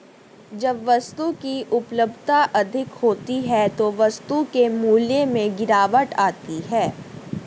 जब वस्तु की उपलब्धता अधिक होती है तो वस्तु के मूल्य में गिरावट आती है